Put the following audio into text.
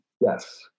Yes